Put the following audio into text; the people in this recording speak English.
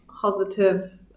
positive